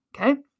Okay